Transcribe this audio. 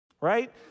right